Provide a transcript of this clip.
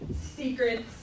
secrets